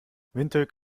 windhoek